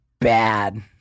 bad